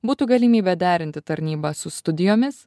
būtų galimybė derinti tarnybą su studijomis